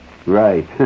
Right